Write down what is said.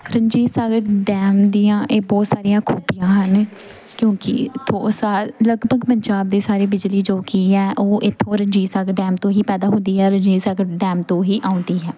Ranjit Sagar dam ਦੀਆਂ ਇਹ ਬਹੁਤ ਸਾਰੀਆਂ ਖੂਬੀਆਂ ਹਨ ਕਿਉਂਕਿ ਲਗਭਗ ਪੰਜਾਬ ਦੇ ਸਾਰੇ ਬਿਜਲੀ ਜੋ ਕਿ ਹੈ ਉਹ ਇੱਥੋਂ ਰਣਜੀਤ ਸਿੰਘ ਡੈਮ ਤੋਂ ਹੀ ਪੈਦਾ ਹੁੰਦੀ ਹੈ ਰਣਜੀਤ ਸਾਗਰ ਡੈਮ ਤੋਂ ਹੀ ਆਉਂਦੀ ਹੈ